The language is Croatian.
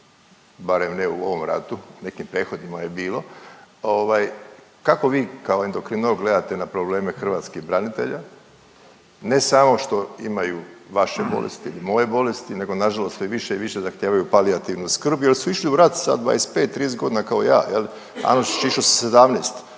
barem ne u ovom ratu, nekim prethodnima je bilo, kako vi kao endokrinolog gledate na probleme hrvatskih branitelja? Ne samo što imaju vaše bolesti i moje bolesti nego nažalost sve više i više zahtijevaju palijativnu skrb jer su išli u rat sa 25, 30 godina kao ja je li,